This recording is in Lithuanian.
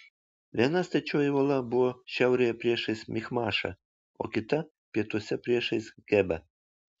viena stačioji uola buvo šiaurėje priešais michmašą o kita pietuose priešais gebą